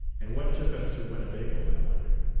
and what took us to winnebago, i wonder?